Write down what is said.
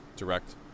Direct